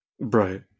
Right